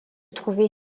trouver